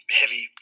heavy